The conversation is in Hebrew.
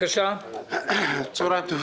בבקשה חבר הכנסת אנטאנס שחאדה.